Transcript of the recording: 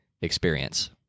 experience